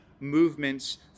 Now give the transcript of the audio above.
movements